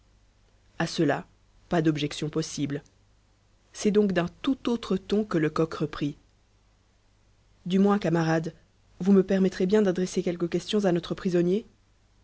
à cela pas d'objection possible c'est donc d'un tout autre ton que lecoq reprit du moins camarade vous me permettrez bien d'adresser quelques questions à notre prisonnier